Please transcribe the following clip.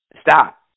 stop